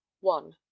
one